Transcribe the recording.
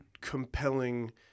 compelling